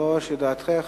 3. לידיעתך".